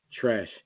trash